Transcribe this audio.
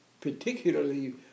particularly